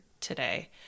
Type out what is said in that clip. today